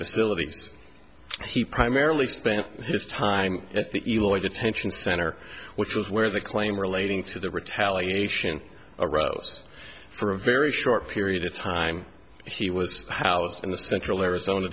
facilities he primarily spent his time at the eagle eye detention center which was where the claim relating to the retaliation arose for a very short period of time he was housed in the central arizona